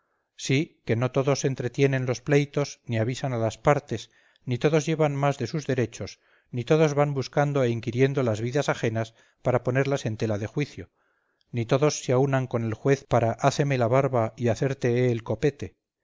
sí que no todos entretienen los pleitos ni avisan a las partes ni todos llevan más de sus derechos ni todos van buscando e inquiriendo las vidas ajenas para ponerlas en tela de juicio ni todos se aúnan con el juez para háceme la barba y hacerte he el copete